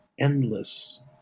endless